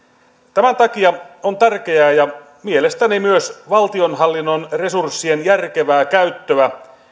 tämän takia on tärkeää ja mielestäni myös valtionhallinnon resurssien järkevää käyttöä